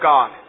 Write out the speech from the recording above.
God